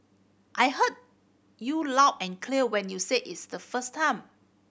I heard you loud and clear when you said its the first time